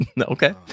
Okay